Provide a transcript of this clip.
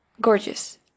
Gorgeous